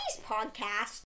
podcast